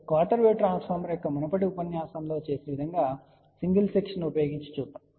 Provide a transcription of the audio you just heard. కాబట్టి quarter wave transformer యొక్క మునుపటి ఉపన్యాసంలో చేసిన విధంగా సింగిల్ సెక్షన్ ను ఉపయోగించి చూద్దాం